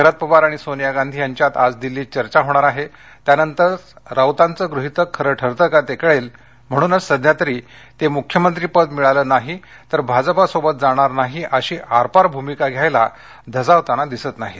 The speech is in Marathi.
शरद पवार आणि सोनीया गांधी यांच्यात आज दिल्लीत चर्चा होणार आहे त्यानंतरच राउतांचं गृहितक खरं ठरतं का ते कळेल म्हणूनच सध्या तरी ते मुख्यमंत्री पद मिळालं नाही तर भाजपासोबत जाणार नाही अशी आरपार भूमिका घ्यायला धजावताना दिसत नाहीत